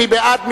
מי בעד?